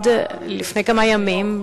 לפני כמה ימים,